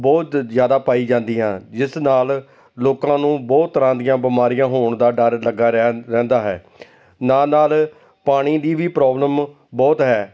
ਬਹੁਤ ਜ਼ਿਆਦਾ ਪਾਈ ਜਾਂਦੀ ਆਂ ਜਿਸ ਨਾਲ ਲੋਕਾਂ ਨੂੰ ਬਹੁਤ ਤਰ੍ਹਾਂ ਦੀਆਂ ਬਿਮਾਰੀਆਂ ਹੋਣ ਦਾ ਡਰ ਲੱਗਾ ਰੈ ਰਹਿੰਦਾ ਹੈ ਨਾਲ ਨਾਲ ਪਾਣੀ ਦੀ ਵੀ ਪ੍ਰੋਬਲਮ ਬਹੁਤ ਹੈ